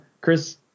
Chris